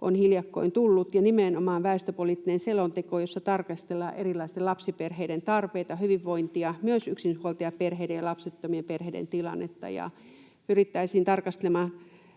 on hiljakkoin tullut ja nimenomaan väestöpoliittinen selonteko, jossa tarkastellaan erilaisten lapsiperheiden tarpeita, hyvinvointia, myös yksinhuoltajaperheiden ja lapsettomien perheiden tilannetta. Pyrittäisiin tarkastelemaan